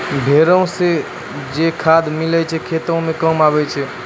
भेड़ो से जे खाद मिलै छै खेती मे काम आबै छै